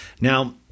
Now